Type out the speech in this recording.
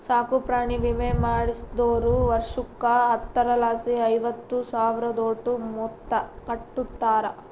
ಸಾಕುಪ್ರಾಣಿ ವಿಮೆ ಮಾಡಿಸ್ದೋರು ವರ್ಷುಕ್ಕ ಹತ್ತರಲಾಸಿ ಐವತ್ತು ಸಾವ್ರುದೋಟು ಮೊತ್ತ ಕಟ್ಟುತಾರ